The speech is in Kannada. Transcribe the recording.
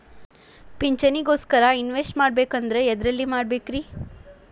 ಪಿಂಚಣಿ ಗೋಸ್ಕರ ಇನ್ವೆಸ್ಟ್ ಮಾಡಬೇಕಂದ್ರ ಎದರಲ್ಲಿ ಮಾಡ್ಬೇಕ್ರಿ?